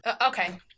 Okay